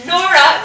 Nora